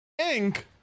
Inc